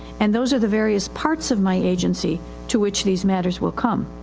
and those are the various parts of my agency to which these matters will come.